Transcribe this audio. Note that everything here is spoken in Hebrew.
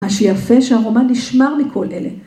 ‫מה שיפה שהרומן נשמר מכל אלה.